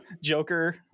Joker